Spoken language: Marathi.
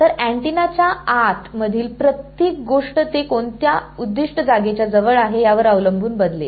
तर अँटिना च्या आत मधील प्रत्येक गोष्ट ते कोणत्या उद्दिष्ट जागेच्या जवळ आहे यावर अवलंबून बदलेल